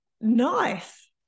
Nice